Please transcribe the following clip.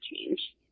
change